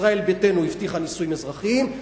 ישראל ביתנו הבטיחה נישואין אזרחיים,